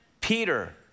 Peter